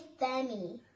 Femi